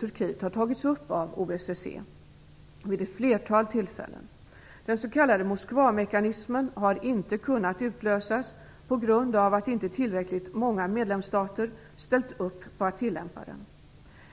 Turkiet har tagits upp av OSSE vid ett flertal tillfällen. Den s.k. Moskvamekanismen har inte kunnat utlösas på grund av att inte tillräckligt många medlemsstater ställt upp på att tillämpa den.